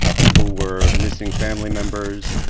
ah people were missing family members.